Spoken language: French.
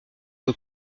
que